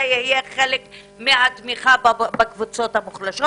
זה יהיה חלק מהתמיכה בקבוצות המוחלשות.